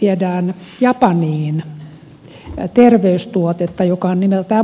viedään japaniin terveystuotetta joka on nimeltään mustikka